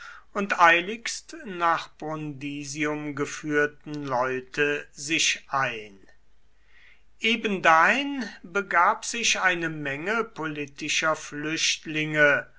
und eiligst nach brundisium geführten leute sich ein ebendahin begab sich eine menge politischer flüchtlinge